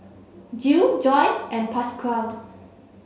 Jill Joy and Pasquale